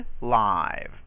live